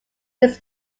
his